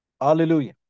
Hallelujah